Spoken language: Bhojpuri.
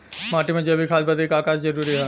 माटी में जैविक खाद बदे का का जरूरी ह?